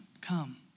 come